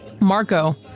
Marco